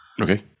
Okay